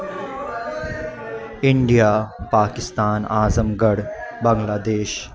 India Pakistan Azamgarh بنگلہ دیش